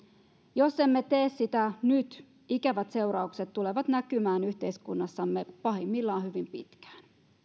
jos emme tee sitä nyt ikävät seuraukset tulevat näkymään yhteiskunnassamme pahimmillaan hyvin pitkään